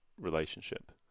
relationship